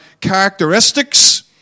characteristics